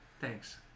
Thanks